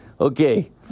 Okay